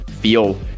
feel